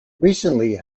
recently